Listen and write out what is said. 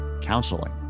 counseling